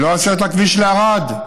לא עשו את הכביש לבית שמש,